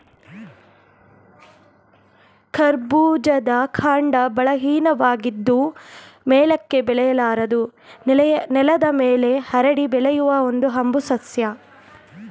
ಕರ್ಬೂಜದ ಕಾಂಡ ಬಲಹೀನವಾಗಿದ್ದು ಮೇಲಕ್ಕೆ ಬೆಳೆಯಲಾರದು ನೆಲದ ಮೇಲೆ ಹರಡಿ ಬೆಳೆಯುವ ಒಂದು ಹಂಬು ಸಸ್ಯ